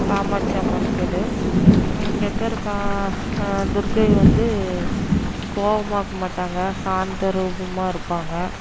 காமாட்சி அம்மன் இருக்குது அங்கே இருக்கிற துர்க்கை வந்து கோவமாக இருக்க மாட்டாங்க சாந்த ரூபமாக இருப்பாங்க